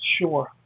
Sure